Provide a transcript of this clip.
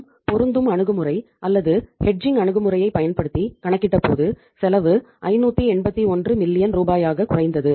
நாம் பொருந்தும் அணுகுமுறை அல்லது ஹெட்ஜிங் ரூபாயாகக் குறைந்தது